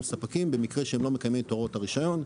ספקים במקרה שהם לא מקיימים את הוראות הרישיון,